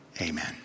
Amen